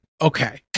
okay